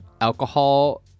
alcohol